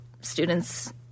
students